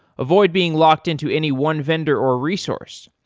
avoid being locked into any one vendor or resource.